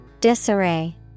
Disarray